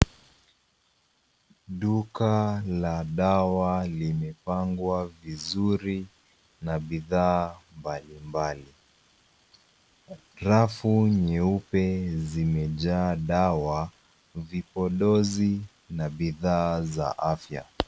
Duka la dawa limepangwa vizuri na bidhaa mbali mbali. Rafu nyeupe zimejaa dawa, vipodozi na bidhaa za afya.